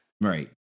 Right